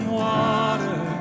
water